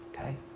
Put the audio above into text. okay